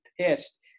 pissed